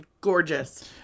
gorgeous